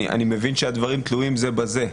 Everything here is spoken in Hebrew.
אני מבין שהדברים תלויים זה בזה.